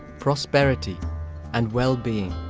prosperity and well-being.